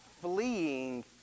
...fleeing